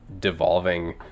devolving